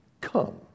come